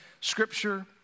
Scripture